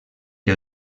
que